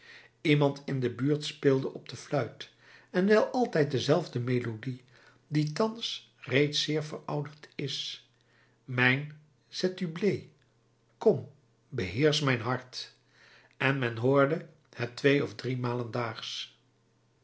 iemand in de buurt speelde op de fluit en wel altijd dezelfde melodie die thans reeds zeer verouderd is mijn zetulbé kom beheersch mijn hart en men hoorde het twee of